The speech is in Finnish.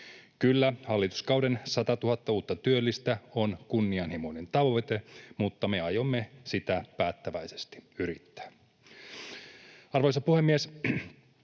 Kyllä, hallituskauden 100 000 uutta työllistä on kunnianhimoinen tavoite, mutta me aiomme sitä päättäväisesti yrittää. Arvoisa puhemies!